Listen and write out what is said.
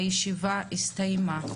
הישיבה הסתיימה.